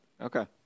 okay